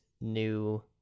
new